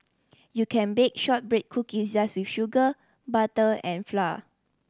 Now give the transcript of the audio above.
you can bake shortbread cookies just with sugar butter and flour